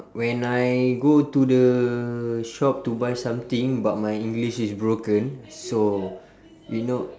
when I go to the shop to buy something but my english is broken so you know